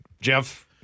Jeff